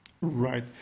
Right